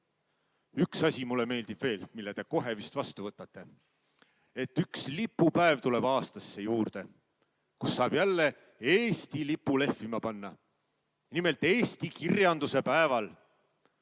Üks asi meeldib mulle veel, mille te kohe vist vastu võtate. Üks lipupäev tuleb aastasse juurde, kui saab jälle Eesti lipu lehvima panna. Nimelt, eesti kirjanduse päeval.